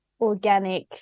organic